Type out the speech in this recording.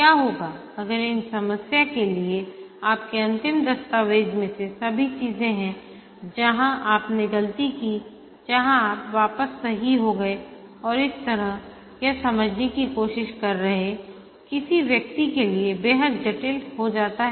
क्या होगा अगर इस समस्या के लिए आपके अंतिम दस्तावेज़ में ये सभी चीजें हैं जहां आपने गलती की जहां आप वापस सही हो गए और इस तरह यह समझने की कोशिश कर रहे किसी व्यक्ति के लिए बेहद जटिल हो जाता है